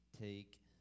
take